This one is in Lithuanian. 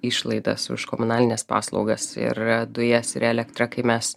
išlaidas už komunalines paslaugas ir dujas ir elektrą kai mes